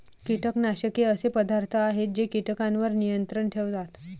कीटकनाशके असे पदार्थ आहेत जे कीटकांवर नियंत्रण ठेवतात